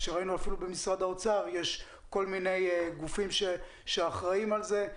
וכפי שראינו אפילו במשרד האוצר יש כל מיני גופים שאחראים על זה,